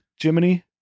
Jiminy